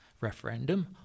referendum